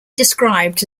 described